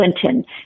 Clinton